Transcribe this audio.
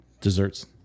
desserts